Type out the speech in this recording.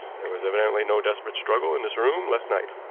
there was evidently no desperate struggle in this room last night.